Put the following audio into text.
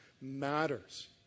matters